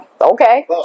Okay